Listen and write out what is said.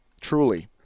truly